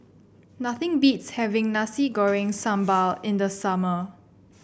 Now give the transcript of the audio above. nothing beats having Nasi Goreng Sambal in the summer